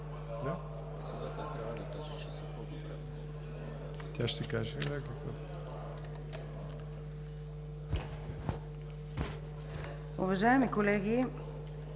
Уважаеми колеги!